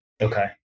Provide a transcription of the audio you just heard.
Okay